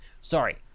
Sorry